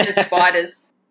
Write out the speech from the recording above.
spiders